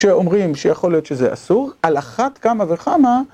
כשאומרים שיכול להיות שזה אסור, על אחת כמה וכמה